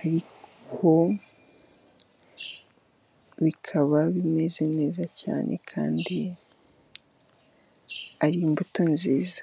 ariko bikaba bimeze neza cyane kandi ari imbuto nziza.